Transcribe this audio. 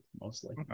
mostly